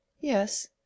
Yes